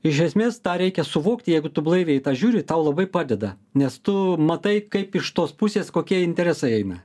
iš esmės tą reikia suvokti jeigu tu blaiviai į tą žiūri tau labai padeda tu matai kaip iš tos pusės kokie interesai eina